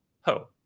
ho